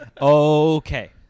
Okay